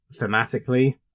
thematically